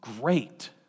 great